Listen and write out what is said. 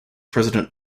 president